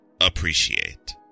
appreciate